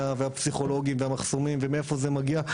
הפסיכולוגי והמחסומים ומאיפה זה מגיע,